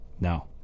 No